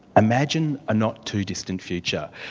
imagine a not-too-distant future.